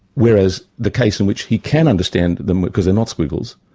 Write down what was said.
whereas the case in which he can understand them because they're not squiggles.